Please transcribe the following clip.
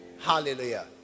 hallelujah